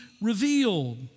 revealed